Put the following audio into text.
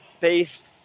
based